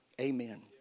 Amen